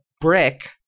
brick